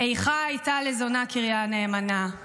"איכה היתה לזונה קריה נאמנה";